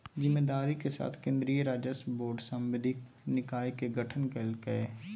जिम्मेदारी के साथ केन्द्रीय राजस्व बोर्ड सांविधिक निकाय के गठन कइल कय